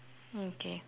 okay